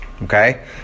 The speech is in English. Okay